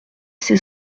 ses